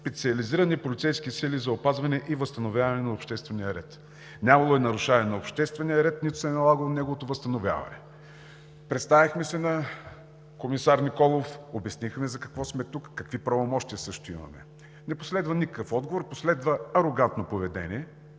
„Специализирани полицейски сили за опазване и възстановяване на обществения ред“. Нямало е нарушаване на обществения ред, нито се е налагало неговото възстановяване. Представихме се на комисар Николов, обяснихме за какво сме тук и също какви правомощия имаме. Не последва никакъв отговор, последва арогантно поведение!